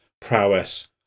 prowess